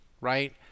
right